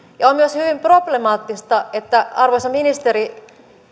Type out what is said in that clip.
ja on myös hyvin problemaattista että arvoisa ministeri